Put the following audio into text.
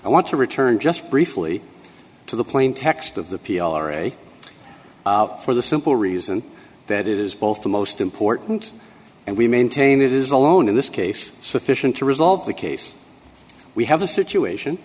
i want to return just briefly to the plain text of the p r a for the simple reason that it is both the most important and we maintain it is alone in this case sufficient to resolve the case we have a situation